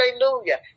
Hallelujah